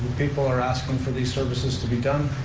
people are asking for these services to be done,